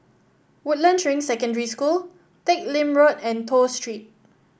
Woodlands Ring Secondary School Teck Lim Road and Toh Street